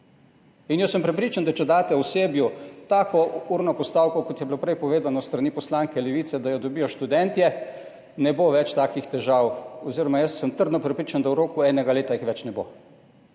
Jaz sem prepričan, da če daste osebju tako urno postavko, kot je bilo prej povedano s strani poslanke Levice, da jo dobijo študentje, ne bo več takih težav, oziroma sem trdno prepričan, da jih v roku enega leta ne bo